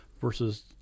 versus